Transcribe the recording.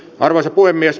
arvoisa puhemies